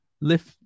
lift